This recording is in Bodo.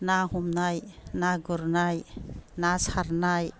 ना हमनाय ना गुरनाय ना सारनाय